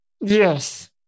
Yes